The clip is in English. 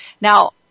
Now